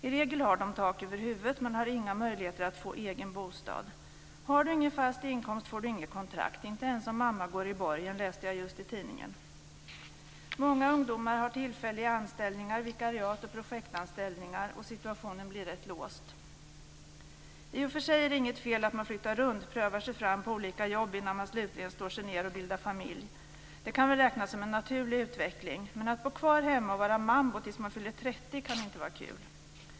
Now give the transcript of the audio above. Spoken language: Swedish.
I regel har de tak över huvudet, men de har inga möjligheter att få egen bostad. Har du ingen fast inkomst får du inget kontrakt, inte ens om mamma går i borgen, läste jag just i tidningen. Många ungdomar har tillfälliga anställningar, vikariat och projektanställningar, och situationen blir rätt låst. I och för sig är det inget fel att man flyttar runt och prövar sig fram på olika jobb innan man slutligen slår sig ned och bildar familj. Det kan väl räknas som en naturlig utveckling. Men att bo kvar hemma och vara mambo tills man fyller trettio kan inte vara kul.